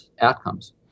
outcomes